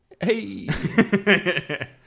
Hey